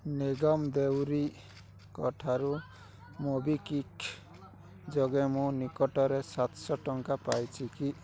ନିଗମ ଦେଉରୀଙ୍କ ଠାରୁ ମୋବିକ୍ଵିକ୍ ଯୋଗେ ମୁଁ ନିକଟରେ ସାତଶହ ଟଙ୍କା ପାଇଛି କି